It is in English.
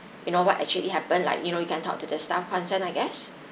you know what actually happened like you know you can talk to the staff concerned I guess